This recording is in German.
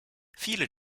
viele